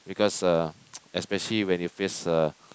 because uh especially when you face uh